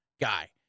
guy